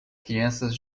crianças